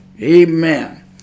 Amen